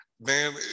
man